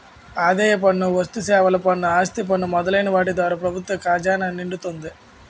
ఆదాయ పన్ను వస్తుసేవల పన్ను ఆస్తి పన్ను మొదలైన వాటి ద్వారా ప్రభుత్వ ఖజానా నిండుతుంది